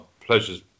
pleasure's